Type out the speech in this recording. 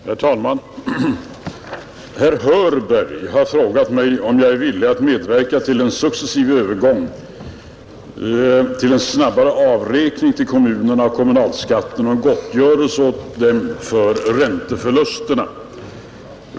Herr talman! Herr Hörberg har frågat mig, om jag är villig att medverka till en successiv övergång till en snabbare avräkning till kommunerna av kommunalskatten och en gottgörelse åt dem för ränteförlusterna.